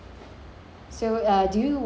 so uh do you want this